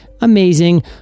amazing